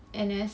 N_S